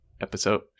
episode